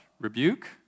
rebuke